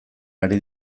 ari